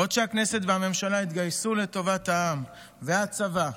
בעוד הכנסת והממשלה התגייסו לטובת העם והצבא,